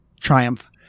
triumph